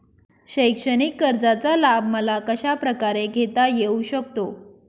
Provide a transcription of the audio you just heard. शैक्षणिक कर्जाचा लाभ मला कशाप्रकारे घेता येऊ शकतो?